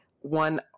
one